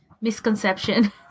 misconception